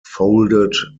folded